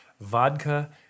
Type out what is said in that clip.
vodka